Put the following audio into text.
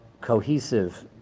cohesive